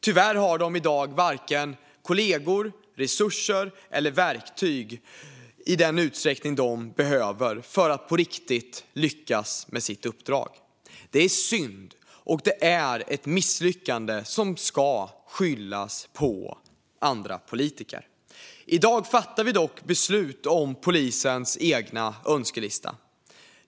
Tyvärr har de i dag varken kollegor, resurser eller verktyg i den utsträckning de behöver för att på riktigt lyckas med sitt uppdrag. Det är synd, och det är ett misslyckande som ska skyllas andra politiker. I dag fattar vi dock beslut om polisens egen önskelista.